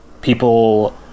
people